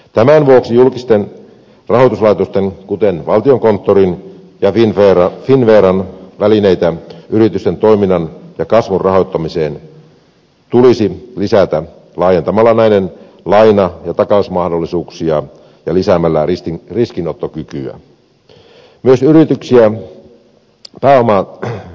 tämän vuoksi julkisten rahoituslaitosten kuten valtiokonttorin ja finnveran välineitä yritysten toiminnan ja kasvun rahoittamiseen tulisi lisätä laajentamalla näiden laina ja takausmahdollisuuksia ja lisäämällä riskinottokykyä